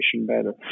better